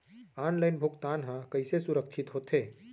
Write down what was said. Online भुगतान हा कइसे सुरक्षित होथे?